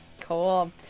Cool